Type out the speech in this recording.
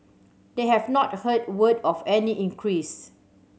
they have not heard word of any increase